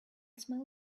smell